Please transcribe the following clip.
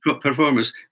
performers